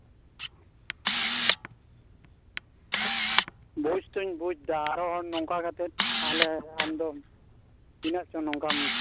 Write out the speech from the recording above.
ᱵᱩᱡᱽ ᱫᱚᱧ ᱵᱩᱡᱽ ᱮᱫᱟ ᱟᱨᱚ ᱱᱚᱝᱠᱟ ᱠᱟᱛᱮ ᱛᱟᱦᱚᱞᱮ ᱟᱢᱫᱚᱢ ᱛᱤᱱᱟᱹᱜ ᱪᱚ ᱱᱚᱝᱠᱟᱢ